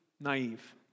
naive